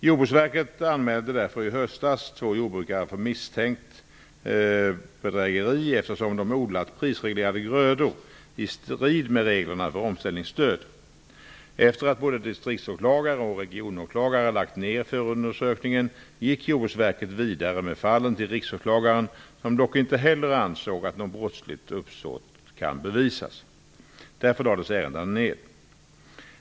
Jordbruksverket anmälde i höstas två jordbrukare för misstänkt bedrägeri, eftersom de hade odlat prisreglerade grödor i strid med reglerna för omställningsstöd. Efter att både distriktsåklagare och regionåklagare lagt ned förundersökningen gick Jordbruksverket vidare med fallen till Riksåklagaren, som dock inte heller ansåg att något brottsligt uppsåt kan bevisas. Därför lades ärendena ned.